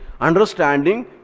understanding